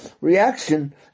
reaction